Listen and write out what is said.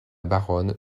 baronne